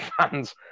fans